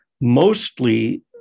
Mostly